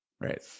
Right